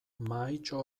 mahaitxo